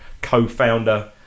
co-founder